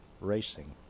Racing